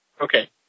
Okay